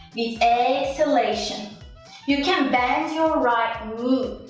and exhalation you can bend your right knee,